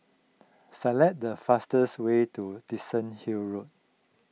select the fastest way to Dickenson Hill Road